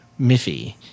Miffy